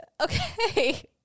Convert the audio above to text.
Okay